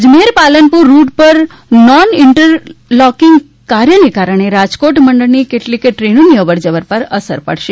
Ajmer Palanpur route પર non interlocking કાર્યને કારણે રાજકોટ મંડળની કેટલીક ટ્રેનોની અવરજવર પર અસર પડશે